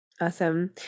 Awesome